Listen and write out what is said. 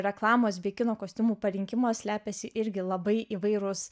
reklamos bei kino kostiumų parinkimo slepiasi irgi labai įvairūs